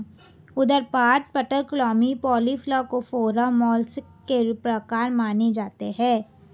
उदरपाद, पटलक्लोमी, polyplacophora, mollusc के प्रकार माने जाते है